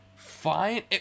Fine